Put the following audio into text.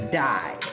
die